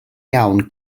iawn